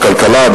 בכלכלה,